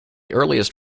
earliest